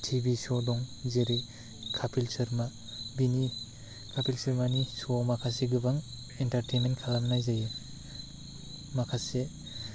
TV श' दं जेरै कापिल शर्मा बिनि कापिल शर्मानि श'वाव माखासे गोबां एन्टारटेनमेन्ट खालामनाय जायो माखासे